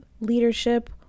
leadership